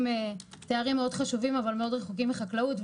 תארים חשובים מאוד אבל רחוקים מאוד מחקלאות,